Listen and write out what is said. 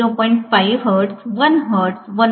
5 hertz 1 hertz 1